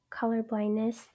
colorblindness